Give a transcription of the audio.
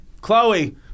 Chloe